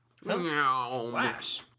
Flash